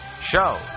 show